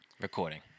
Recording